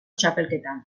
txapelketan